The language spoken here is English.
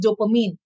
dopamine